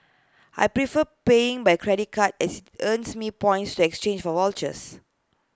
I prefer paying by credit card as IT earns me points to exchange for vouchers